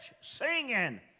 singing